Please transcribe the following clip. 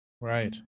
Right